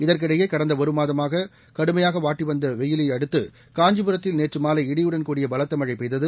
இதற்கிடையே கடந்த ஒரு மாதமாக கடுமையான வாட்டிவந்த நிலையில் காஞ்சிபுரத்தில் நேற்று மாலை இடியுடன் கூடிய பலத்த மழை பெய்தது